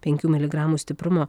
penkių miligramų stiprumo